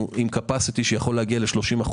אנחנו עם קפסיטי שיכול להגיע ל-30%